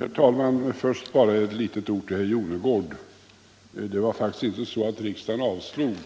Herr talman! Först bara några ord till herr Jonnergård. Det var faktiskt inte så att riksdagen avslog